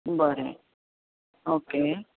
बरें ऑके